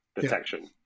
detection